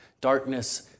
darkness